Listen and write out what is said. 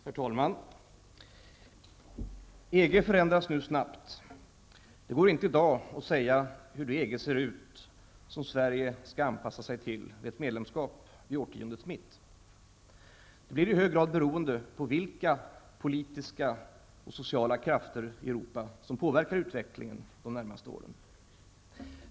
Herr talman! EG förändras nu snabbt. Det går inte att i dag säga hur det EG ser ut som Sverige skall anpassa sig till vid ett medlemskap vid årtiondets mitt. Det blir i hög grad beroende på vilka politiska och sociala krafter i Europa som påverkar utvecklingen de närmaste åren.